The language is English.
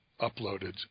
uploaded